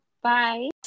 bye